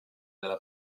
della